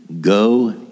go